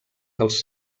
dels